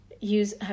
use